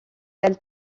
elle